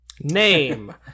Name